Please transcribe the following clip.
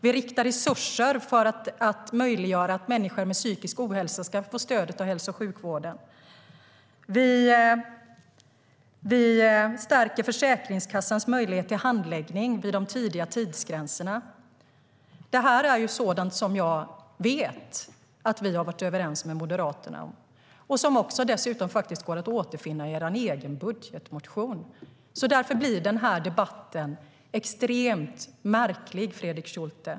Vi riktar resurser för att möjliggöra att människor med psykisk ohälsa ska få stöd av hälso och sjukvården. Vi stärker Försäkringskassans möjlighet till handläggning vid de tidiga tidsgränserna. Detta är sådant som jag vet att vi har varit överens om med Moderaterna och som också går att återfinna i er egen budgetmotion. Därför blir den här debatten extremt märklig, Fredrik Schulte.